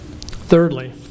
Thirdly